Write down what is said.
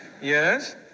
Yes